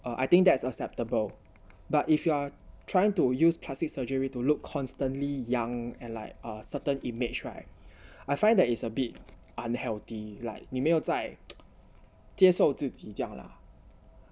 uh I think that's acceptable but if you are trying to use plastic surgery to look constantly young and like a certain image right I find that is a bit unhealthy like 你没有在接受自己这样 lah